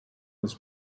was